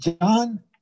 John